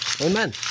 Amen